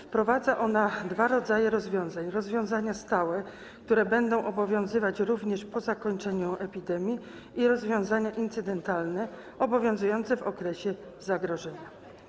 Wprowadza on dwa rodzaje rozwiązań: rozwiązania stałe, które będą obowiązywać również po zakończeniu stanu epidemii, i rozwiązania incydentalne obowiązujące w okresie zagrożenia.